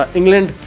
England